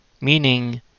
Meaning